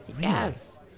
Yes